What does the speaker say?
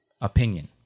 opinion